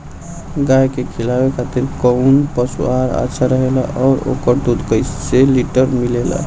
गाय के खिलावे खातिर काउन पशु आहार अच्छा रहेला और ओकर दुध कइसे लीटर मिलेला?